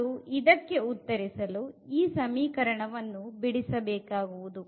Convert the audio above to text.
ಮತ್ತು ಇದಕ್ಕೆ ಉತ್ತರಿಸಲು ಈ ಸಮೀಕರಣವನ್ನು ಬಿಡಿಸ ಬೇಕಾಗುವುದು